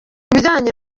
bijyanye